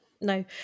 No